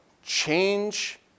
Change